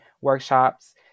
workshops